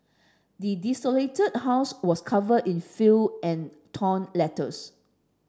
the desolated house was covered in filth and torn letters